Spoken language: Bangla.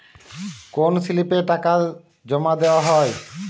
কোন স্লিপে টাকা জমাদেওয়া হয়?